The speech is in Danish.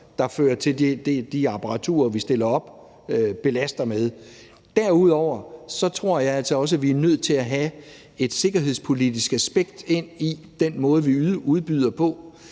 i gang, og de apparaturer, man stiller op, belaster med. Derudover tror jeg altså også, at vi er nødt til at have et sikkerhedspolitisk aspekt ind i den måde, vi udbyder på,